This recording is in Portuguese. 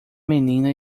menina